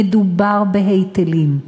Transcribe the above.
מדובר בהיטלים.